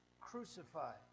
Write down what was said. crucified